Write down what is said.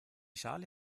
schale